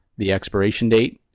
the expiration date,